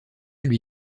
lui